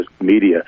media